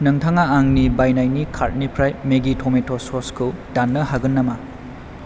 नोंथाङा आंनि बायनायनि कार्टनिफ्राय मेगि टमेट'नि ससखौ दान्नो हागोन नामा